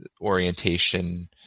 orientation